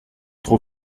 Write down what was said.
trop